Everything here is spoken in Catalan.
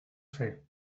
fer